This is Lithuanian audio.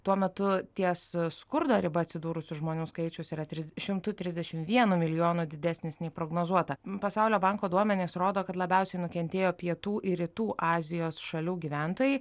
tuo metu ties skurdo riba atsidūrusių žmonių skaičius yra tris šimtu trisdešimt vienu milijonu didesnis nei prognozuota pasaulio banko duomenys rodo kad labiausiai nukentėjo pietų ir rytų azijos šalių gyventojai